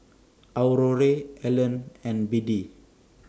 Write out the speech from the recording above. Aurore Alan and Biddie